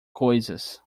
coisas